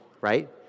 right